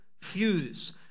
fuse